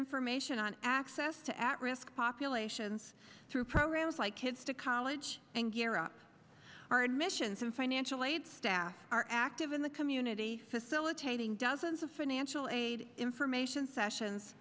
information on access to at risk popular shins through programs like kids to college and gear up are admissions and financial aid staff are active in the community facilitating dozens of financial aid information sessions